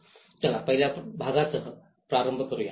चला पहिल्या भागासह प्रारंभ करूया